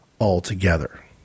altogether